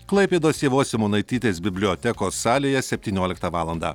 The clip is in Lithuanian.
klaipėdos ievos simonaitytės bibliotekos salėje septynioliktą valandą